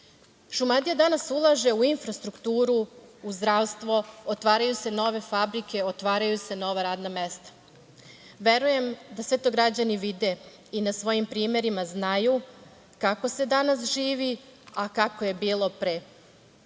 SNS.Šumadija danas ulaže u infrastrukturu, u zdravstvo, otvaraju se nove fabrike, otvaraju se nova radna mesta. Verujem da sve to građani vide i na svojim primerima znaju kako se danas živi, a kako je bilo pre.